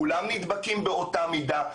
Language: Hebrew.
כולם נדבקים באותה מידה.